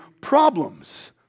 problems